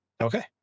Okay